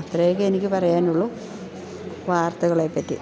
അത്രേയൊക്കെ എനിക്ക് പറയാനുള്ളൂ വാർത്തകളെപ്പറ്റി